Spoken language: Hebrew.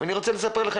ואני רוצה לספר לך,